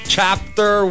Chapter